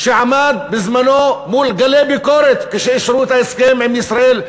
שעמד בזמנו מול גלי ביקורת כשאישרו את ההסכם עם ישראל,